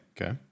Okay